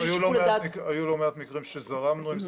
ששיקול הדעת --- אז היו לא מעט מקרים שזרמנו עם זה,